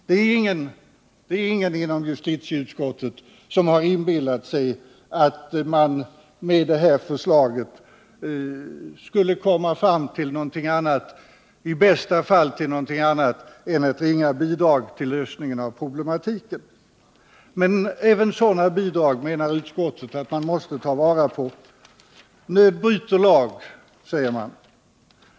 Det är ingen inom justitieutskottet som har inbillat sig att man med det här förslaget skulle uppnå annat än i bästa fall ett ringa bidrag till lösning av problematiken. Men även sådana bidrag menar utskottet att man måste ta vara på. Nöd bryter lag, säger man.